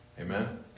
Amen